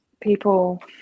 people